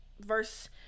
verse